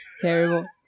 Terrible